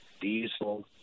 diesel